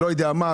לא יודע מה,